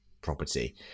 property